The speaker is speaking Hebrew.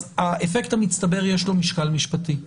אז לאפקט המצטבר יש משקל משפטי.